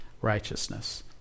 righteousness